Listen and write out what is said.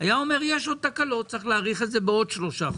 היה אומר שיש עוד תקלות וצריך להאריך את זה בעוד שלושה חודשים.